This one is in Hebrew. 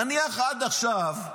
נניח שעד עכשיו,